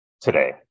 today